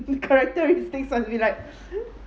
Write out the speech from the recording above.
characteristics must be like